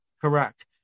Correct